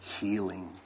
healing